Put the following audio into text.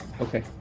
Okay